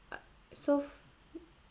ah so